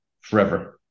forever